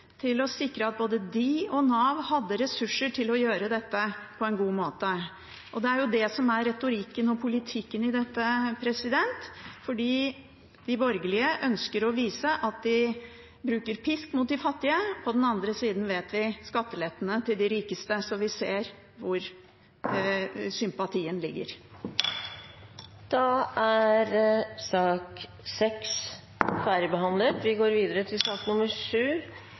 å sikre at både de og Nav hadde ressurser til å gjøre dette på en god måte. Det er det som er retorikken og politikken i dette: De borgerlige ønsker å vise at de bruker pisk mot de fattige. På den andre siden vet vi om skattelettelsene til de rikeste, så vi ser hvor sympatien ligger. Flere har ikke bedt om ordet til sak